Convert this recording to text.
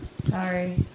Sorry